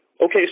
Okay